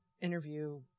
interview